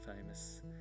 famous